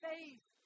Faith